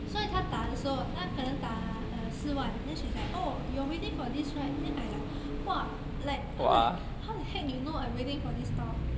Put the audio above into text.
所以她打的时候她可能打 uh 四万 then she's like oh you're waiting for this right then I like !wah! like how the how the heck you know I waiting for this tile